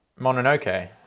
Mononoke